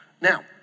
Now